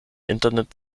internet